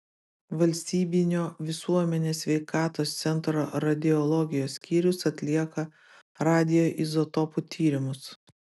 valstybinio visuomenės sveikatos centro radiologijos skyrius atlieka radioizotopų tyrimus